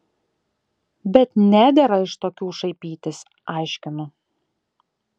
bet nedera iš tokių šaipytis aiškinu